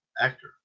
actor